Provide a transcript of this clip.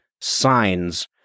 Signs